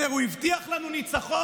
אומר: הוא הבטיח לנו ניצחון,